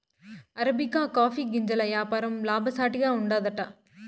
arabica coffee గింజల యాపారం లాభసాటిగా ఉండాదట